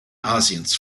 asiens